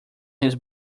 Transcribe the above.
his